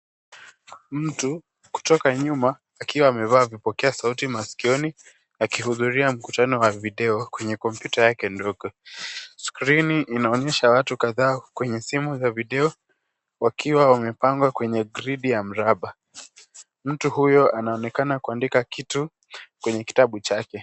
Mtu, kutoka nyuma akiwa amevaa vipokea sauti masikioni akihudhuria mkutano wa video kwenye kompyuta yake ndogo. Skrini inaonyesha watu kadhaa kwenye simu za video wakiwa wamepangwa kwenye gridi ya mraba. Mtu huyo anaonekana kuandika kitu kwenye kitabu chake.